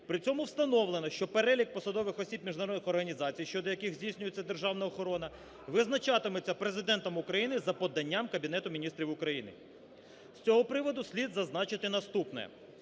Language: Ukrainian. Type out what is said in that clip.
При цьому встановлено, що перелік посадових осіб міжнародних організацій щодо яких здійснюється державна охорона, визначатиметься Президентом України за поданням Кабінету Міністрів України. З цього приводу слід зазначити наступне.